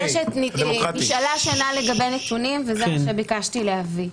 נשאלה שאלה לגבי נתונים, וזה מה שביקשתי להביא.